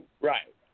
right